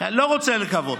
לא מעניין אותי רווחיים.